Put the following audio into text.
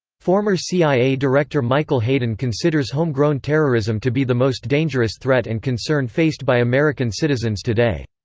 former cia director michael hayden considers homegrown terrorism to be the most dangerous threat and concern faced by american citizens today.